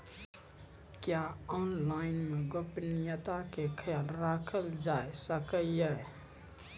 क्या ऑनलाइन मे गोपनियता के खयाल राखल जाय सकै ये?